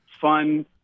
fun